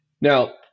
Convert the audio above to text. Now